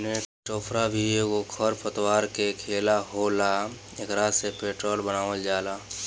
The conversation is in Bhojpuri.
जेट्रोफा भी एगो खर पतवार के लेखा होला एकरा से पेट्रोल बनावल जाला